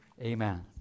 Amen